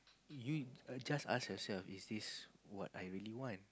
you just ask yourself is that what I really want